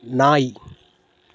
நாய்